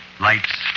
Lights